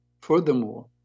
Furthermore